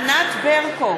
נגד ענת ברקו,